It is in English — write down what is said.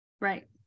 Right